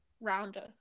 rounder